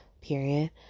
period